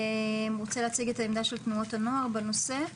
רוצה להציג את העמדה של תנועות הנוער בנושא?